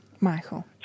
Michael